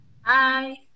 Hi